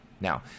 Now